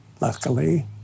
luckily